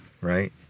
right